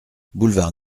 boulevard